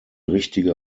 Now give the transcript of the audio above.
richtige